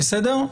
בסדר?